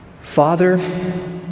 Father